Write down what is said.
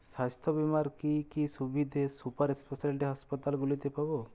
স্বাস্থ্য বীমার কি কি সুবিধে সুপার স্পেশালিটি হাসপাতালগুলিতে পাব?